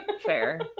fair